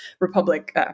republic